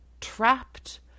trapped